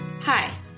Hi